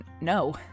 no